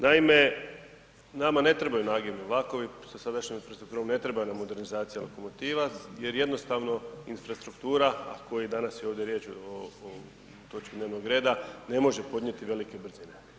Naime, nama ne trebaju nagibni vlakovi sa sadašnjom infrastrukturom, ne treba nam modernizacija lokomotiva jer jednostavno infrastruktura, a o kojoj danas je ovdje riječ o točki dnevnog reda ne može podnijeti velike brzine.